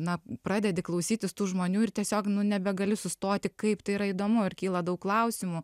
na pradedi klausytis tų žmonių ir tiesiog nebegali sustoti kaip tai yra įdomu ir kyla daug klausimų